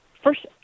First